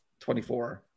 24